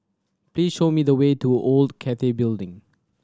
please show me the way to Old Cathay Building